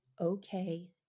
okay